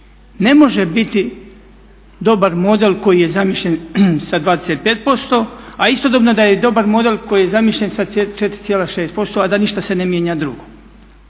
Ne može biti dobar model koji je zamišljen sa 25% a istodobno da je doba model koji je zamišljen sa 4,6% a da ništa se ne mijenja drugo.